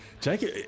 Jacob